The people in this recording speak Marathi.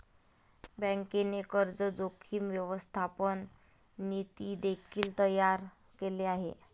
बँकेने कर्ज जोखीम व्यवस्थापन नीती देखील तयार केले आहे